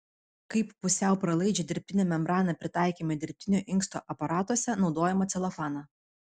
kaip pusiau pralaidžią dirbtinę membraną pritaikėme dirbtinio inksto aparatuose naudojamą celofaną